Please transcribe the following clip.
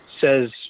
says